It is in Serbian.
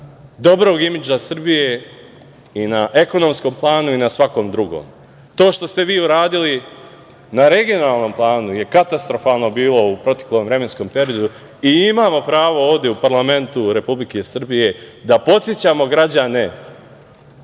dobrog imidža Srbije i na ekonomskom planu i na svakom drugom. To što ste vi uradili na regionalnom planu je katastrofalno bilo u proteklom vremenskom periodu i imamo pravo ovde u parlamentu Republike Srbije da podsećamo građane